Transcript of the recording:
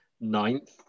ninth